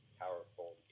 powerful